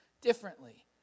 differently